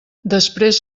després